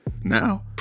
Now